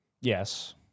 Yes